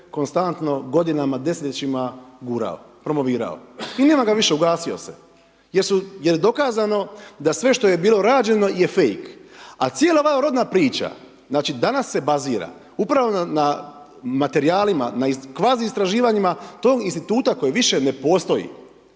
konstantno godinama, desetljećima gurao, promovirao i nema ga više, ugasio se jer je dokazano da sve što je bilo rađeno je fake. A cijela ova rodna priča, znači danas se bazira upravo na materijalima, na kvazi istraživanjima tog instituta koji više ne postoji.